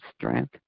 strength